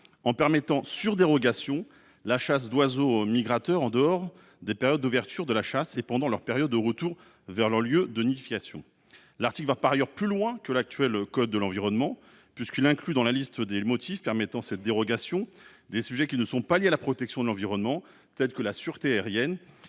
en permettant, sur dérogation, la chasse d'oiseaux migrateurs en dehors des périodes d'ouverture de la chasse et pendant leur période de retour vers leur lieu de nidification. Cet article va par ailleurs plus loin que l'actuel code de l'environnement, en incluant dans la liste des motifs permettant cette dérogation des sujets qui ne sont pas liés à la protection de l'environnement, tels que la sécurité aérienne